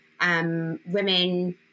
Women